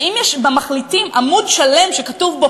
שאם יש בהצעת המחליטים עמוד שלם שכתוב בו